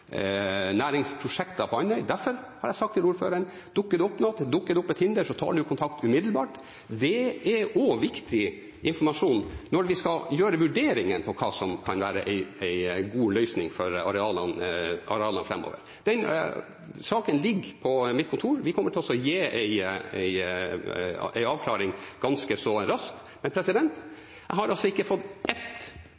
næringsprosjekter på Andøya. Derfor har jeg sagt til ordføreren: Dukker det opp noe, dukker det opp et hinder, så tar du kontakt umiddelbart. Det er også viktig informasjon når vi skal gjøre vurderingen av hva som kan være en god løsning for arealene framover. Den saken ligger på mitt kontor. Vi kommer også til å gi en avklaring ganske raskt. Men